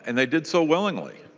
and they did so willingly.